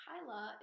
Kyla